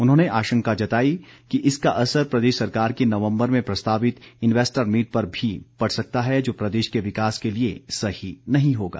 उन्होंने आशंका जताई कि इसका असर प्रदेश सरकार की नवंबर में प्रस्तावित इनवेस्टर मीट पर भी पड़ सकता है जो प्रदेश के विकास के लिए सही नहीं होगा